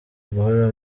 guhora